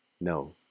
No